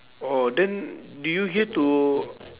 oh did you hear to